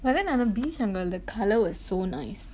but then அந்த:antha beach அங்க:anga the colour was so nice